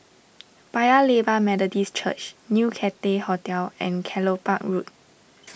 Paya Lebar Methodist Church New Cathay Hotel and Kelopak Road